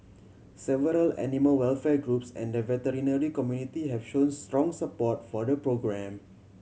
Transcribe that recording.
several animal welfare groups and the veterinary community have shown strong support for the programme